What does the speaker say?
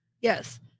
Yes